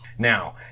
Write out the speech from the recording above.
Now